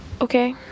Okay